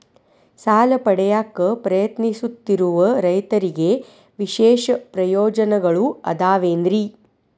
ಸಾಲ ಪಡೆಯಾಕ್ ಪ್ರಯತ್ನಿಸುತ್ತಿರುವ ರೈತರಿಗೆ ವಿಶೇಷ ಪ್ರಯೋಜನಗಳು ಅದಾವೇನ್ರಿ?